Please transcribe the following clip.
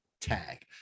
tag